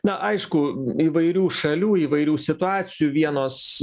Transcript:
na aišku įvairių šalių įvairių situacijų vienos